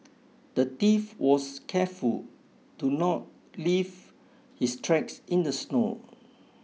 the thief was careful to not leave his tracks in the snow